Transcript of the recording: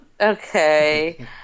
Okay